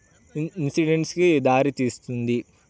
ఇన్సిడెంట్స్కి దారి తీస్తుంది